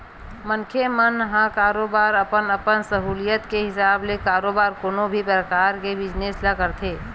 मनखे मन ह बरोबर अपन अपन सहूलियत के हिसाब ले बरोबर कोनो भी परकार के बिजनेस ल करथे